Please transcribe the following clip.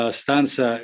stanza